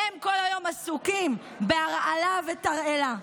והם כל היום עסוקים בהרעלה ותרעלה.